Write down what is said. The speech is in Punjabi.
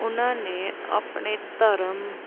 ਉਹਨਾਂ ਨੇ ਆਪਣੇ ਧਰਮ